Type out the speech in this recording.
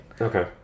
Okay